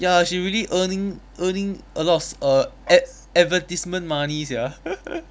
ya she really earning earning a lot of s~ err ad~ advertisement money sia